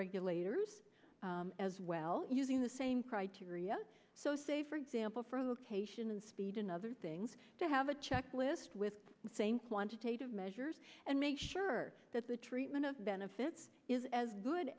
regulators as well using the same criteria so say for example from a cation in speed in other things to have a checklist with the same quantitative measures and make sure that the treatment of benefits is as good